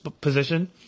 position